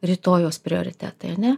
rytojaus prioritetai ane